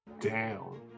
down